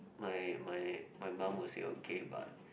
my my my mum will say okay but